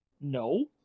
No